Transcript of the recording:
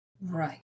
Right